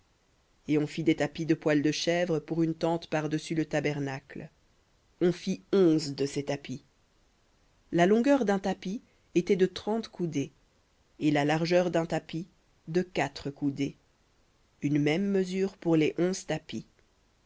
et on fit des tapis de poil de chèvre pour une tente par-dessus le tabernacle on fit onze de ces tapis la longueur d'un tapis était de trente coudées et la largeur d'un tapis de quatre coudées une même mesure pour les onze tapis